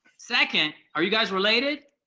second, are you guys related?